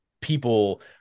people